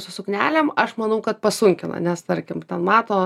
su suknelėm aš manau kad pasunkina nes tarkim ten mato